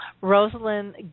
Rosalind